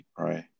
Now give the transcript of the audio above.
pray